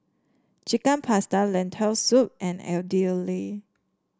Chicken Pasta Lentil Soup and Idili